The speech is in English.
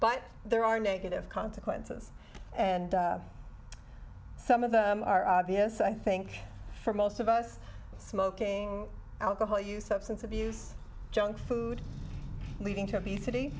but there are negative consequences and some of them are obvious i think for most of us smoking alcohol use substance abuse junk food leading to